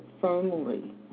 firmly